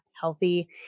healthy